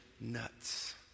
nuts